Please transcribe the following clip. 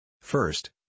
First